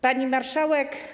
Pani Marszałek!